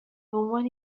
عنوان